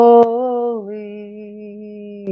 Holy